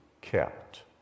kept